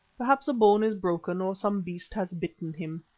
perhaps a bone is broken or some beast has bitten him.